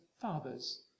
Father's